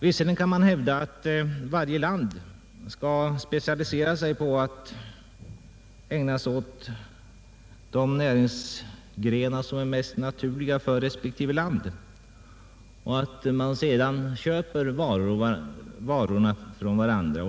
Visserligen kan man hävda att varje land skall specialisera sig på de näringsgrenar, som är mest naturliga för landet, och att staterna skall köpa dessa olika varor från varandra.